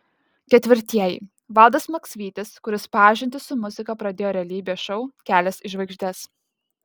ketvirtieji valdas maksvytis kuris pažintį su muzika pradėjo realybės šou kelias į žvaigždes